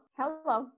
hello